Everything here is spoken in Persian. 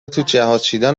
توجهازچیدن